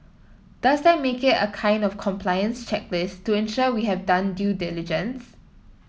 does that make it a kind of compliance checklist to ensure we have done due diligence